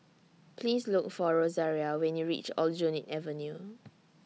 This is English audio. Please Look For Rosaria when YOU REACH Aljunied Avenue